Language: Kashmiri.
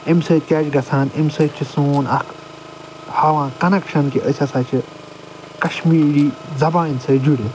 امہِ سۭتۍ کیٚاہ چھُ گژھان امہِ سۭتۍ چھُ سون اکھ ہاوان کنکشن کہِ أسۍ ہسا چھِ کشمیٖری زبانہِ سۭتۍ جُڑِتھ